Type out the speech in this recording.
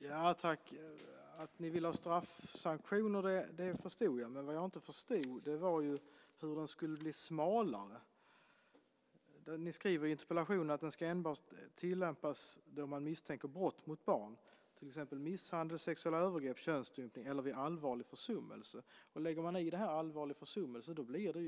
Fru talman! Att ni vill ha straffsanktioner förstod jag, men det jag inte förstod var hur anmälningsplikten skulle bli smalare. Ni skriver i interpellationen att den enbart ska tillämpas då man misstänker brott mot barn, till exempel misshandel, sexuella övergrepp, könsstympning eller vid allvarlig försummelse. Lägger man in det här med allvarlig försummelse, blir det